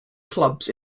clubs